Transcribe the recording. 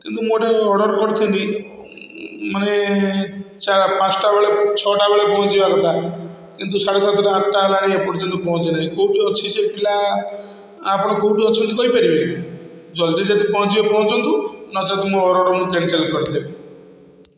କିନ୍ତୁ ମୁଁ ଗୋଟାଏ ଅର୍ଡ଼ର କରିଥିଲି ମାନେ ପାଞ୍ଚଟା ବେଳେ ଛଅଟା ବେଳେ ପହଞ୍ଚିବା କଥା କିନ୍ତୁ ସାଢ଼େ ସାତଟା ଆଠଟା ହେଲାଣି ଏପର୍ଯ୍ୟନ୍ତ ପହଞ୍ଚି ନାହିଁ କେଉଁଠି ଅଛି ସେ ପିଲା ଆପଣ କେଉଁଠି ଅଛନ୍ତି କହିପାରିବେ ଜଲ୍ଦି ପହଞ୍ଚିବେ ଯଦି ପହଞ୍ଚନ୍ତୁ ନଚେତ୍ ମୋର ଅର୍ଡ଼ର ମୁଁ କ୍ୟାନସଲ୍ କରିଦେବି